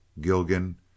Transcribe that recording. Gilgan